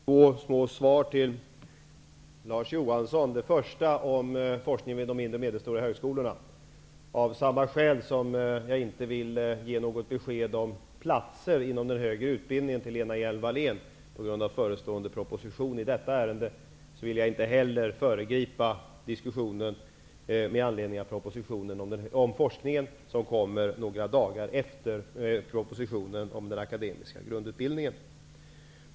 Herr talman! Jag skall svara på Larz Johanssons frågor. Den första gällde forskningen vid de mindre och medelstora högskolorna. Av samma skäl som jag inte ville ge något besked till Lena Hjelm-Wallén om platser inom den högre utbildningen, på grund av förestående proposition i detta ärende, vill jag inte heller föregripa diskussionen med anledning av propositionen om forskningen som kommer att läggas fram några dagar efter propositionen om den akademiska grundutbildningen.